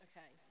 Okay